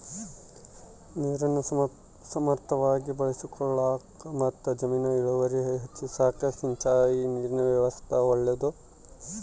ನೀರನ್ನು ಸಮರ್ಥವಾಗಿ ಬಳಸಿಕೊಳ್ಳಾಕಮತ್ತು ಜಮೀನಿನ ಇಳುವರಿ ಹೆಚ್ಚಿಸಾಕ ಸಿಂಚಾಯಿ ನೀರಿನ ವ್ಯವಸ್ಥಾ ಒಳ್ಳೇದು